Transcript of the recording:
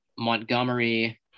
Montgomery